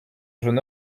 jeune